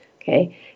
Okay